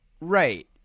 right